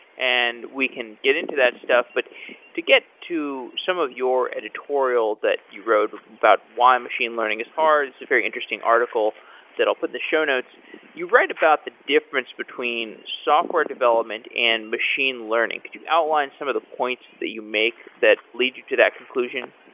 and we can get into that stuff. but to get to some of your editorial that you wrote about why machine learning is hard it's a very interesting article that i'll put in the show notes you write about the difference between software development and machine learning. could you outline some of the points that you make that lead you to that conclusion?